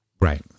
Right